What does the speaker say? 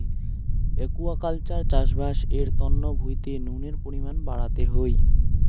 aquaculture চাষবাস এর তন্ন ভুঁইতে নুনের পরিমান বাড়াতে হই